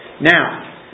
Now